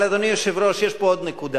אבל, אדוני היושב-ראש, יש פה עוד נקודה.